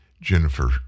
Jennifer